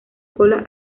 cola